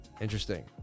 Interesting